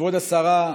כבוד השרה,